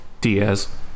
Diaz